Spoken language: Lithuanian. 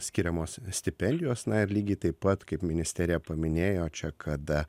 skiriamos stipendijos na ir lygiai taip pat kaip ministerija paminėjo čia kada